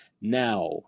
Now